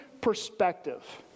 perspective